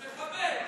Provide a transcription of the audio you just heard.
הוא מחבל.